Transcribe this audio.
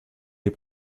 les